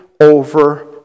over